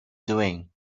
doing